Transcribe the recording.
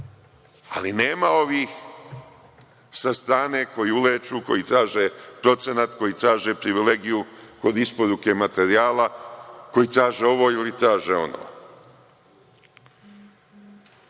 Ali nema ovih sa strane koji uleću, koji traže procenat, koji traže privilegiju kod isporuke materijala, koji traže ovo ili traže ono. Taj